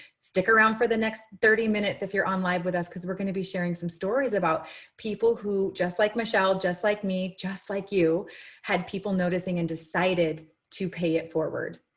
stick around for the next thirty minutes if you're online with us, because we're going to be sharing some stories about people who just like michelle, just like me, just like you had people noticing and decided to pay it forward,